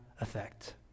effect